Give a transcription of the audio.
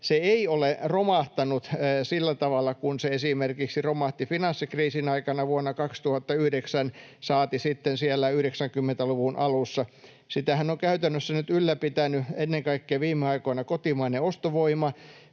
se ei ole romahtanut sillä tavalla kuin se esimerkiksi romahti finanssikriisin aikana vuonna 2009, saati sitten 90-luvun alussa. Sitähän on käytännössä nyt ylläpitänyt viime aikoina ennen kaikkea kotimainen ostovoima,